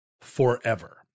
forever